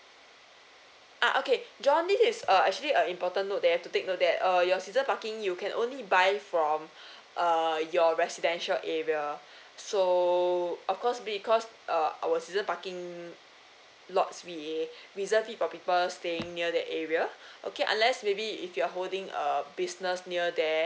ah okay John this is a actually a important note that you have to take note that uh your season parking you can only buy from uh your residential area so of course because uh our season parking lots we reserve for people staying near the area okay unless maybe if you're holding a business near there